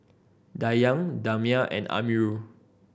Dayang Damia and Amirul